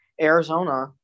Arizona